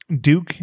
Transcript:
Duke